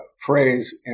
phrase